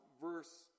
verse